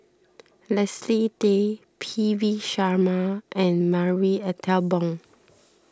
Leslie Tay P V Sharma and Marie Ethel Bong